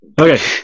Okay